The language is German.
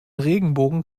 regenbogen